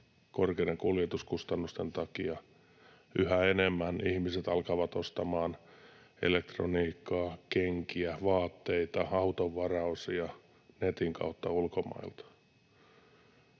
korkeiden kuljetuskustannusten takia. Yhä enemmän ihmiset alkavat ostamaan elektroniikkaa, kenkiä, vaatteita, auton varaosia netin kautta ulkomailta.